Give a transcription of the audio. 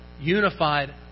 unified